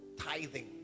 Tithing